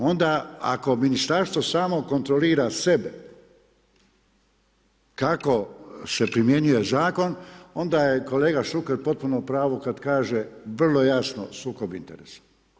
Onda, ako ministarstvo samo kontrolira sebe kako se primjenjuje zakon onda je kolega Šuker potpuno u pravu kada kaže vrlo jasno sukob interesa.